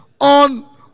on